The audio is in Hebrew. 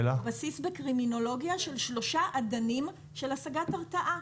זה בסיס בקרימינולוגיה של שלושה אדנים של השגת הרתעה.